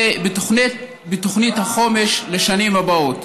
ובתוכנית החומש לשנים הבאות.